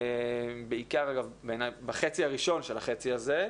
בעיקר בחצי הראשון של החצי הזה,